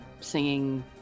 singing